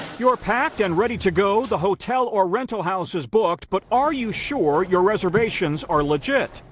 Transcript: your packed and ready to go, the hotel or rental house is booked but are you sure your reservations are legit?